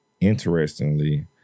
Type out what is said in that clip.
interestingly